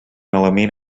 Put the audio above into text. element